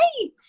Right